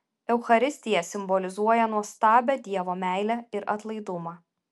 eucharistija simbolizuoja nuostabią dievo meilę ir atlaidumą